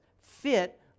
fit